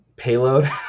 payload